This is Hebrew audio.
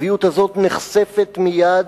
הצביעות הזו נחשפת מייד,